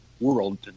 world